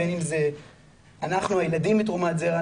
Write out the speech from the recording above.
בין אם זה אנחנו הילדים מתרומת זרע,